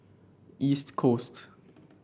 East Coast